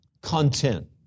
content